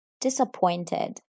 disappointed